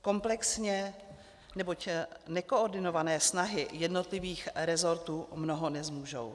Komplexně, neboť nekoordinované snahy jednotlivých rezortů mnoho nezmůžou.